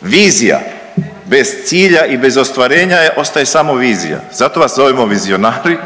Vizija bez cilja i bez ostvarenja ostaje samo vizija, zato vas zovemo vizionari